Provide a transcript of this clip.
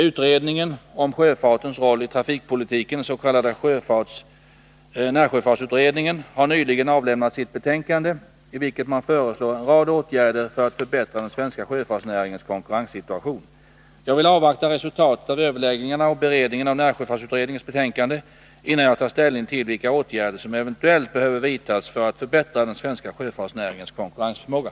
Utredningen om sjöfartens roll i trafikpolitiken, den s.k. närsjöfartsutredningen, har nyligen avlämnat sitt betänkande, i vilket man föreslår en rad åtgärder för att förbättra den svenska sjöfartsnäringens konkurrenssituation. situationen för svenska rederier Jag vill avvakta resultatet av överläggningarna och beredningen av närsjöfartsutredningens betänkande, innan jag tar ställning till vilka åtgärder som eventuellt behöver vidtas för att förbättra den svenska sjöfartsnäringens konkurrensförmåga.